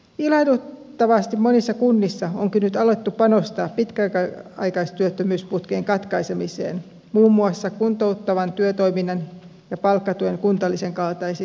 ilahduttavasti monissa kunnissa onkin nyt alettu panostaa pitkäaikaistyöttömyysputkien katkaisemiseen muun muassa kuntouttavan työtoiminnan ja palkkatuen kuntalisän kaltaisin keinoin